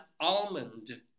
almond